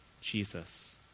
Jesus